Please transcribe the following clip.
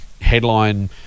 headline